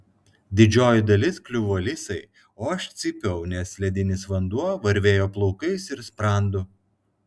didžioji dalis kliuvo lisai o aš cypiau nes ledinis vanduo varvėjo plaukais ir sprandu